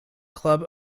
club